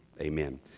Amen